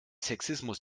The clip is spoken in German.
sexismus